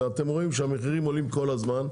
ואתם אומרים שהמחירים עולים כל הזמן,